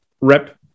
rep